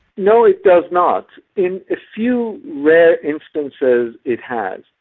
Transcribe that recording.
no, it does not. in a few rare instances it has.